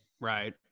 Right